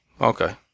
Okay